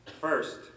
first